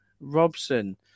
robson